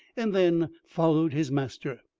and then followed his master.